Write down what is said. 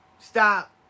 stop